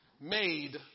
made